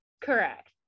Correct